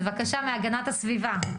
בבקשה, הגנת הסביבה.